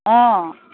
অঁ